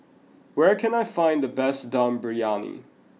where can I find the best Dum Briyani